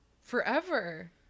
forever